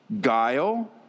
guile